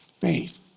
faith